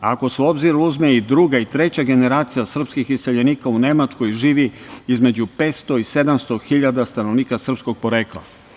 Ako se u obzir uzme i druga i treća generacija srpskih iseljenika, u Nemačkoj živi između 500 i 700 hiljada stanovnika srpskog porekla.